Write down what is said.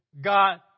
God